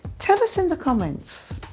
tell us in the comments.